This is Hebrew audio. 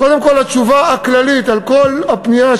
קודם כול התשובה הכללית על כל הפנייה,